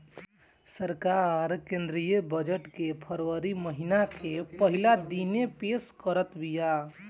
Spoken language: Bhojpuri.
सरकार केंद्रीय बजट के फरवरी महिना के पहिला दिने पेश करत बिया